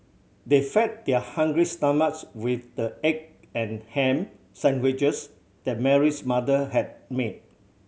they fed their hungry stomachs with the egg and ham sandwiches that Mary's mother had made